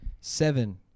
seven